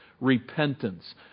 Repentance